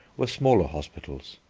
were smaller hospitals.